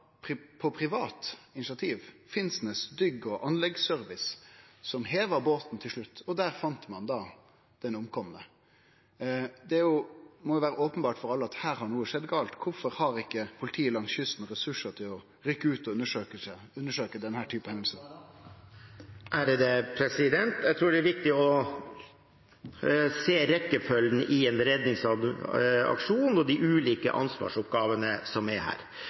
og Anleggsservice som på privat initiativ heva båten, og der fant ein den omkomne. Det må vere openbert for alle at her har noko gale skjedd. Kvifor har ikkje politiet langs kysten ressursar til å rykke ut og undersøkje denne typen hendingar? Jeg tror det er viktig å se rekkefølgen i en redningsaksjon og de ulike ansvarsoppgavene som er her.